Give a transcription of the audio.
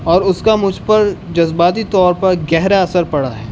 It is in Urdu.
اور اس کا مجھ پر جذباتی طور پر گہرا اثر پڑا ہے